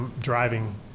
driving